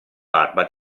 barba